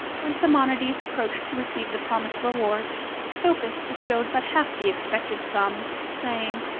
when simonides approached to receive the promised reward scopas bestowed but half the expected sum, saying,